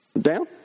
Down